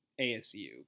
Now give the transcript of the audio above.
ASU